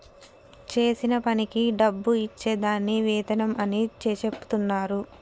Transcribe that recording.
చేసిన పనికి డబ్బు ఇచ్చే దాన్ని వేతనం అని చెచెప్తున్నరు